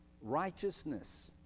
righteousness